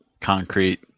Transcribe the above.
concrete